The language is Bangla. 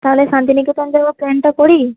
তালে শান্তিনিকেতন যাবো প্ল্যানটা করি